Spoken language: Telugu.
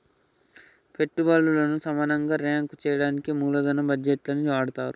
పెట్టుబల్లను సమానంగా రాంక్ చెయ్యడానికి మూలదన బడ్జేట్లని వాడతరు